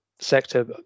sector